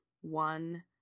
one